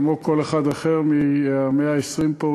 כמו כל אחד אחר מה-120 פה,